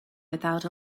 without